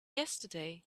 yesterday